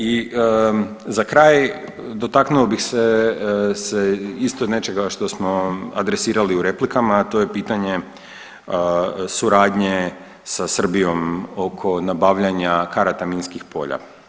I za kraj dotaknuo bih se isto nečega što smo adresirali u replikama, a to je pitanje suradnje sa Srbijom oko nabavljanja karata minskih polja.